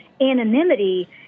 anonymity